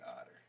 otter